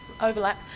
overlap